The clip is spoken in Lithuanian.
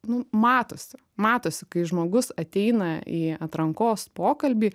nu matosi matosi kai žmogus ateina į atrankos pokalbį